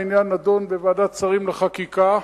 העניין נדון בוועדת שרים לחקיקה,